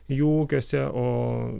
jų ūkiuose o